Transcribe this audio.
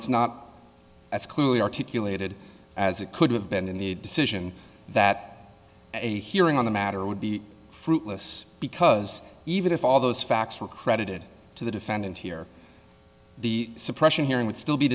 it's not as clearly articulated as it could have been in the decision that a hearing on the matter would be fruitless because even if all those facts were credited to the defendant here the suppression hearing would still be